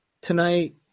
Tonight